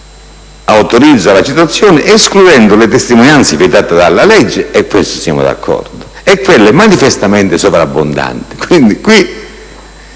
autorizza la citazione, escludendo le testimonianze vietate dalla legge - su cui siamo d'accordo - e quelle manifestamente sovrabbondanti. Nel